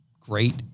great